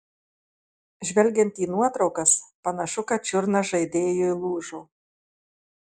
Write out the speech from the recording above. žvelgiant į nuotraukas panašu kad čiurna žaidėjui lūžo